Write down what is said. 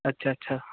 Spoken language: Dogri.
अच्छा अच्छा